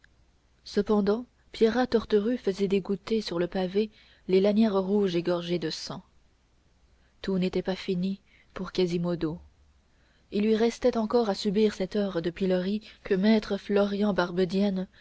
cependant pierrat torterue faisait dégoutter sur le pavé les lanières rouges et gorgées de sang tout n'était pas fini pour quasimodo il lui restait encore à subir cette heure de pilori que maître florian